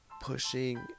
pushing